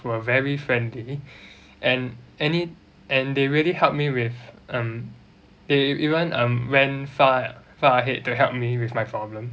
were very friendly and and it and they really helped me with um they even um went far a~ far ahead to help me with my problem